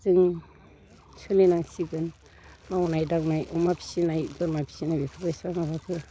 जों सोलिनांसिगोन मावनाय दांनाय अमा फिनाय बोरमा फिनाय बेफोरबायसा माबाखौबो